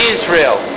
Israel